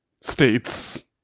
states